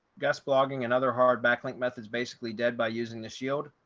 guest blogging and other hard backlink methods basically dead by using the shield,